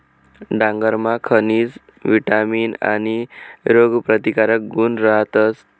डांगरमा खनिज, विटामीन आणि रोगप्रतिकारक गुण रहातस